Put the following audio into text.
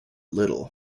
little